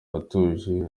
atuje